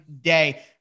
day